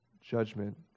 judgment